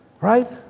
Right